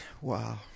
Wow